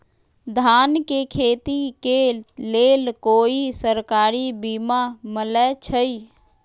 धान के खेती के लेल कोइ सरकारी बीमा मलैछई?